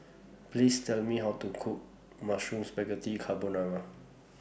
Please Tell Me How to Cook Mushroom Spaghetti Carbonara